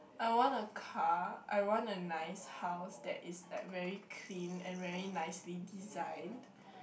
I want a car I want a nice house that is like very clean and very nicely designed